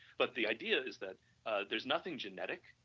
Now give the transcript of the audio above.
but the idea is that there is nothing genetic,